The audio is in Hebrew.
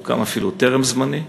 הוא קם אפילו טרם זמני,